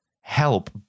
help